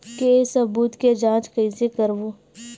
के सबूत के जांच कइसे करबो?